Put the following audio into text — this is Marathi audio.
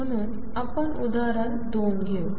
म्हणूनआपण उदाहरण 2 घेऊ